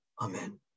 Amen